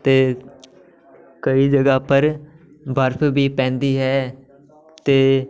ਅਤੇ ਕਈ ਜਗ੍ਹਾ ਪਰ ਬਰਫ ਵੀ ਪੈਂਦੀ ਹੈ ਅਤੇ